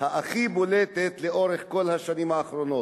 הכי בולטת לאורך כל השנים האחרונות.